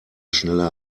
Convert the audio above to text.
schneller